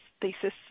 thesis